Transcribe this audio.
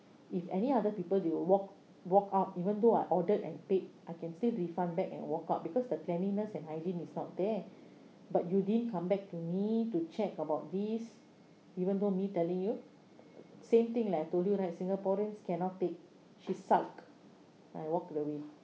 if any other people they will walk walk out even though I ordered and paid I can still refund back and walk out because the cleanliness and hygiene is not there but you didn't come back to me to check about these even though me telling you same thing like I told you right singaporeans cannot take she sulked I walked away